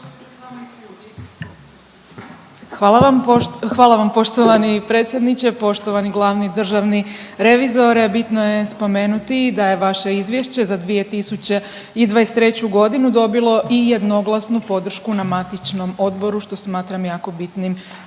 Hvala vam poštovani predsjedniče, poštovani glavni državni revizore, bitno je spomenuti da je vaše Izvješće za 2023. g. dobilo i jednoglasnu podršku na matičnom odboru, što smatram jako bitnim